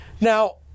Now